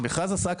המכרז עסק,